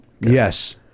Yes